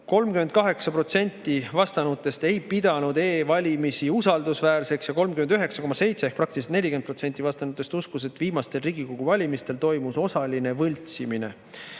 38% vastanutest ei pidanud e‑valimisi usaldusväärseks ja 39,7% ehk praktiliselt 40% vastanutest uskus, et viimastel Riigikogu valimistel toimus osaline võltsimine.